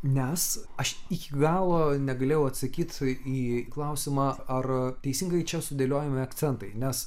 nes aš iki galo negalėjau atsakyt į klausimą ar teisingai čia sudėliojami akcentai nes